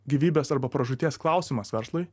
gyvybės arba pražūties klausimas verslui